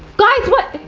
guys what?